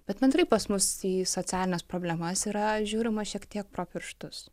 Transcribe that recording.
bet bendrai pas mus į socialines problemas yra žiūrima šiek tiek pro pirštus